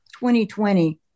2020